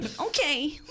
Okay